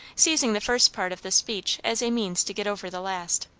seizing the first part of this speech as a means to get over the last.